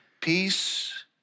Peace